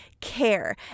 care